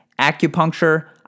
acupuncture